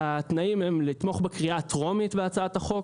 "התנאים הם לתמוך בקריאה הטרומית בהצעת החוק